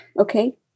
Okay